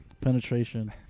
Penetration